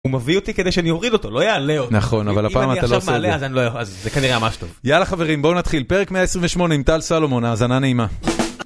הוא מביא אותי כדי שאני אוריד אותו, לא יעלה אותו. נכון, אבל הפעם אתה לא עושה את זה. אם אני עכשיו מעלה אז זה כנראה ממש טוב. יאללה חברים, בואו נתחיל, פרק 128 עם טל סלומון, האזנה נעימה.